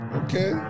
okay